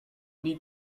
need